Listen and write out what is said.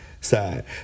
side